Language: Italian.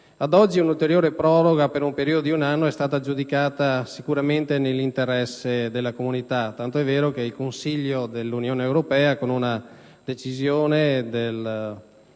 Ad oggi, un'ulteriore proroga per un periodo di un anno è stata giudicata nell'interesse della Comunità, tanto è vero che il Consiglio dell'Unione europea, con decisione n.